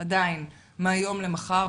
עדיין מהיום למחר,